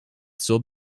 zur